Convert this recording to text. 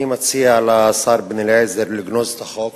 אני מציע לשר בן-אליעזר לגנוז את החוק